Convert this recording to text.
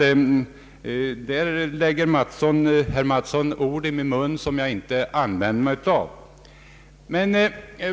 Där lägger herr Mattsson ord i min mun som jag inte använt mig av.